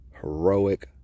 heroic